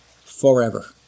forever